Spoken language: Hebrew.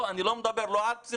אני לא מדבר על פסיכומטרי,